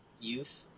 youth